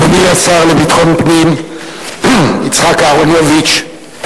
אדוני השר לביטחון פנים, יצחק אהרונוביץ,